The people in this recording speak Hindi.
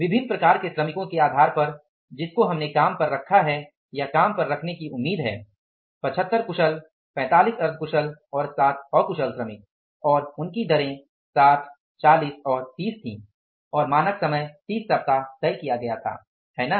विभिन्न प्रकार के श्रमिकों के आधार पर जिसको हमने काम पर रखा है या काम पर रखने की उम्मीद है 75 कुशल 45 अर्ध कुशल और 60 अकुशल श्रमिक और उनकी दरें 60 40 और 30 थी और मानक समय 30 सप्ताह तय किया गया था है ना